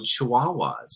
Chihuahuas